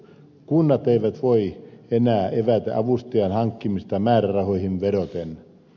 kunnat eivät voi enää evätä avustajan hankkimista määrärahoihin vedoten